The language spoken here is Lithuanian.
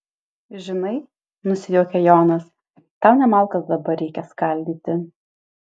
žinai nusijuokia jonas tau ne malkas dabar reikia skaldyti